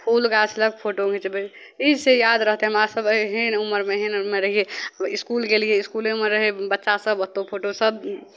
फूल गाछ लग फोटो घिँचबै ई सँ याद रहतै हमरा सभ एहन उमरमे एहन रहियै इसकुल गेलियै इसकुलेमे रहै बच्चा सभ ओतहु फोटो सभ